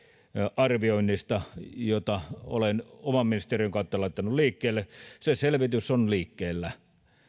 arvioinnista jota olen oman ministeriöni kautta laittanut liikkeelle sen selvitys on liikkeellä